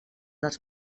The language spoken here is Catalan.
dels